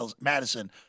Madison